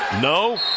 no